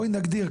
בואי נגדיר.